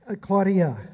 claudia